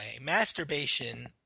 Masturbation